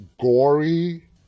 gory